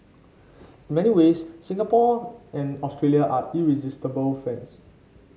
in many ways Singapore and Australia are irresistible friends